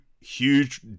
huge